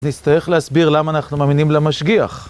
נצטרך להסביר למה אנחנו מאמינים למשגיח.